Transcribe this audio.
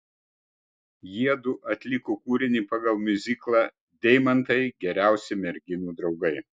jiedu atliko kūrinį pagal miuziklą deimantai geriausi merginų draugai